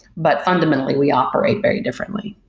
but fundamentally we operate very differently.